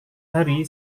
hari